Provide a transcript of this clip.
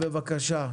טל, בבקשה.